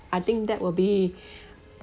I think that will be